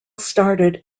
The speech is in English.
started